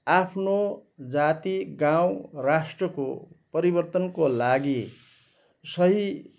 आफ्नो जाति गाउँ राष्ट्रको परिवर्तनको लागि सही